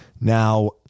Now